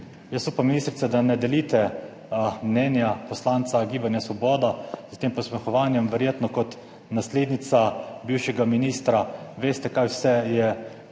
Jaz upam, ministrica, da ne delite mnenja poslanca Gibanja Svoboda s tem posmehovanjem. Verjetno kot naslednica bivšega ministra veste kaj vse je